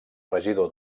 regidor